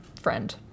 friend